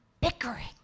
bickering